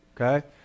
okay